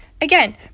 Again